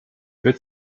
wird